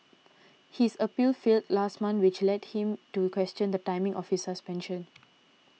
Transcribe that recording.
his appeal failed last month which led him to question the timing of his suspension